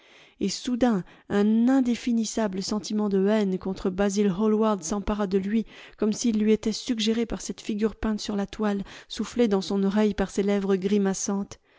et soudain un indéfinissable sentiment de haine contre basil hallward s'empara de lui comme s'il lui était suggéré par cette figure peinte sur la toile soufflé dans son oreille par ces lèvres grimaçantes